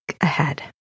ahead